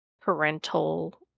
parental